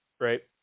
Right